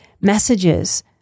messages